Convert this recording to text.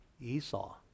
Esau